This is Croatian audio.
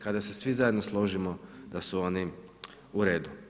Kada se svi zajedno složimo da su oni u redu.